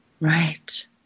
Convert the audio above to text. Right